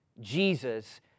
Jesus